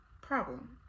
Problem